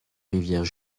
rivières